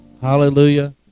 Hallelujah